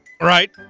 Right